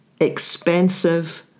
expensive